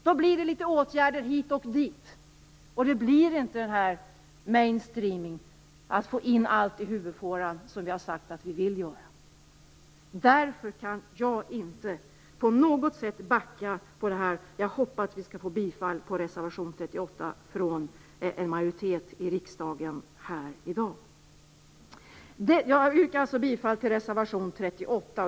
Då blir det litet åtgärder hit och dit, och det blir inte en mainstreaming, man får inte in allt i huvudfåran som vi har sagt att vi vill. Därför kan jag inte på något sätt backa i fråga om detta. Jag hoppas att en majoritet av riksdagen bifaller reservation 38 i dag. Jag yrkar alltså bifall till reservation 38.